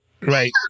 right